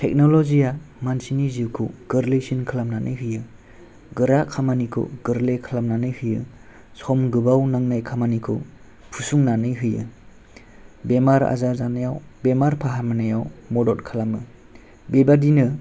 टेक्न'लजिया मानसिनि जिउखौ गोरलैसिन खालामनानै होयो गोरा खामानिखौ गोरलै खालामनानै होयो सम गोबाव नांनाय खामानिखौ फुसुंनानै होयो बेमार आजार जानायाव बेराम फाहामनायाव मदद खालामो बेबादिनो